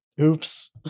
Oops